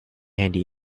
handy